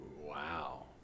wow